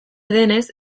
denez